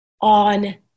on